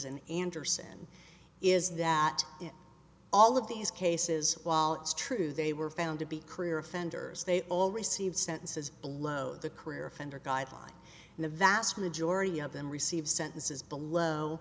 and anderson is that in all of these cases while it's true they were found to be career offenders they all received sentences below the career offender guidelines and the vast majority of them receive sentences below